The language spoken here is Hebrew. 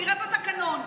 תראה בתקנון,